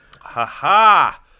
Ha-ha